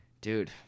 Dude